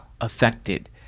affected